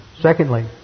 Secondly